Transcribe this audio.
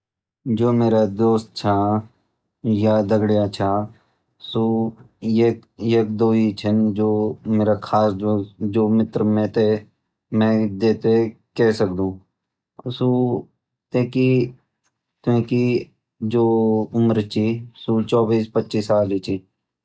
जो मेरा दोस्त छ या दगड्या छ सु ये दो ही छन जो मेरा खास दोस्त जो मित्र मै ते मैं जे तैं कह सकदू सु तैं की जु उम्र छ सु चौबीस, पच्चीस साल ही छ।